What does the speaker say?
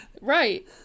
Right